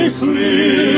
clear